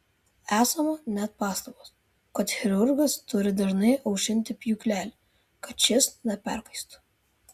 esama net pastabos kad chirurgas turi dažnai aušinti pjūklelį kad šis neperkaistų